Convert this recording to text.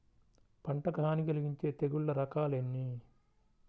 పంటకు హాని కలిగించే తెగుళ్ళ రకాలు ఎన్ని?